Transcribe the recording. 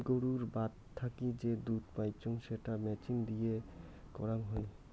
গুরুর বাত থাকি যে দুধ পাইচুঙ সেটা মেচিন দিয়ে করাং হই